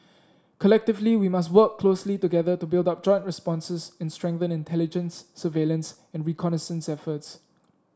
collectively we must work closely together to build up joint responses and strengthen intelligence surveillance and reconnaissance efforts